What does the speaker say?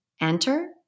Enter